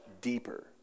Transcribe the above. deeper